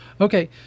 Okay